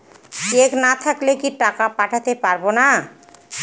Check না থাকলে কি টাকা পাঠাতে পারবো না?